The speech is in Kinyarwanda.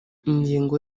ingengo